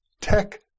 Tech